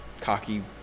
cocky